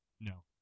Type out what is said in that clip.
No